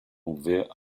ouverts